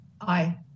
aye